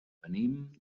venim